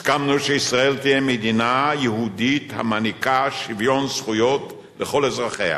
הסכמנו שישראל תהיה מדינה יהודית המעניקה שוויון זכויות לכל אזרחיה